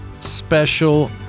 special